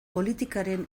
politikaren